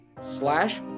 slash